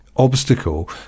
obstacle